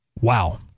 Wow